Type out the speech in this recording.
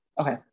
Okay